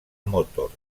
motors